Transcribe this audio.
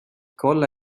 kolla